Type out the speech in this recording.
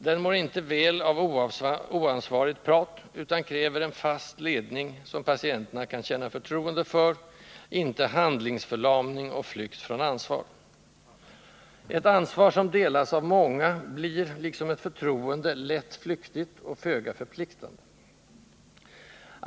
Den mår inte väl av oansvarigt prat utan kräver en fast ledning, som patienterna kan känna förtroende för, inte handlingsförlamning och flykt från ansvar. Ett ansvar som delas av många blir lätt, liksom ett förtroende, flyktigt och föga förpliktande.